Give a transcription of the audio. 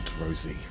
Rosie